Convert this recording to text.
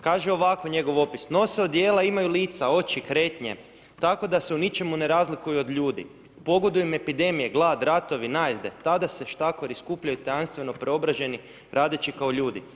Kaže ovako njegov opis: nose odjela, imaju lica, oči, kretnje, tako da se u ničemu ne razlikuju od ljudi, pogoduje im epidemije glad, ratovi, najezde, tada se štakori skupljaju tajanstveno preobraženi radeći kao ljudi.